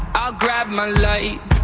i'll grab my light,